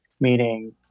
meaning